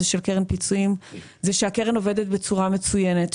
של קרן פיצויים זה שהקרן עובדת בצורה מצוינת,